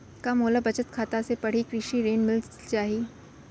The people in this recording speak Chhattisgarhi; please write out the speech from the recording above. का मोला बचत खाता से पड़ही कृषि ऋण मिलिस जाही?